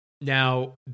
now